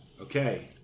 Okay